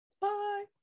Bye